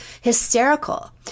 hysterical